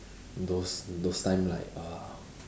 those those time like uh